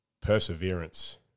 perseverance